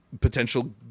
potential